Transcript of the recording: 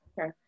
Okay